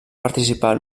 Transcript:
participar